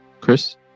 Chris